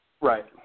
Right